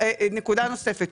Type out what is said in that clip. נקודה נוספת.